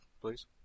please